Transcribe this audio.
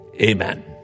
amen